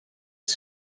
els